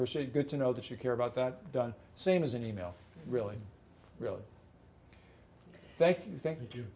a good to know that you care about that done same as an e mail really really thank you thank you